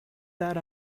that